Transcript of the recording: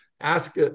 ask